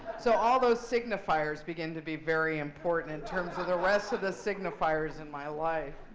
so all those signifiers begin to be very important in terms of the rest of the signifiers in my life.